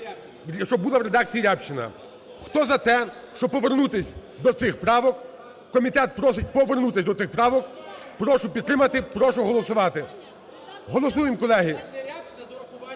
Що була в редакціїРябчина. Хто за те, щоб повернутись до цих правок, комітет просить повернутись до цих правок. Прошу підтримати, прошу голосувати. Голосуємо, колеги.